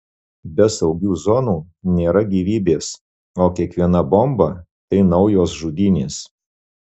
be saugių zonų nėra gyvybės o kiekviena bomba tai naujos žudynės